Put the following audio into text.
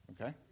okay